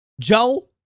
Joe